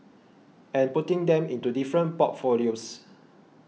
and putting them into different portfolios